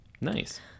Nice